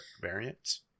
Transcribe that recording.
variants